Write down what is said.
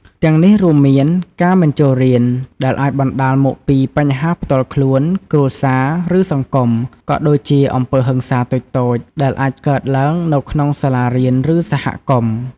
ទាំងនេះរួមមាន ការមិនចូលរៀន ដែលអាចបណ្តាលមកពីបញ្ហាផ្ទាល់ខ្លួន គ្រួសារ ឬសង្គម ក៏ដូចជា អំពើហិង្សាតូចៗ ដែលអាចកើតឡើងនៅក្នុងសាលារៀន ឬសហគមន៍។